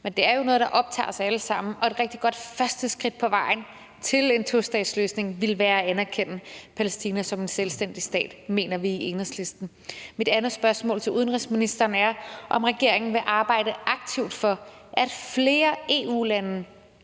Men det er jo noget, der optager os alle sammen, og et rigtig godt første skridt på vejen til en tostatsløsning ville være at anerkende Palæstina som en selvstændig stat. Det mener vi i Enhedslisten. Mit andet spørgsmål til udenrigsministeren er, om regeringen vil arbejde aktivt for, at flere EU-lande